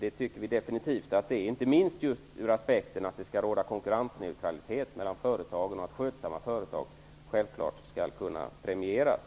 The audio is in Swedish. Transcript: Vi tycker definitivt att det är viktigt, inte minst ur den aspekten att det skall råda konkurrensneutralitet mellan företag. Skötsamma företag skall självfallet kunna premieras.